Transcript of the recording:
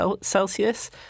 Celsius